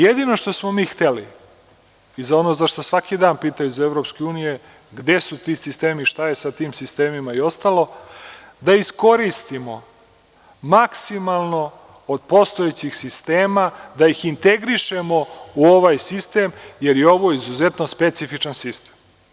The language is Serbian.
Jedino što smo mi hteli, i ono za šta svaki dan pitaju iz EU gde su ti sistemi, šta je sa tim sistemima i ostalo, da iskoristimo maksimalno od postojećih sistema, da ih integrišemo u ovaj sistem, jer je ovo izuzetno specifičan sistem.